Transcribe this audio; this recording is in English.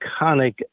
iconic